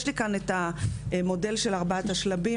יש לי כאן את המודל של ארבעת השלבים,